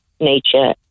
nature